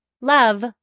Love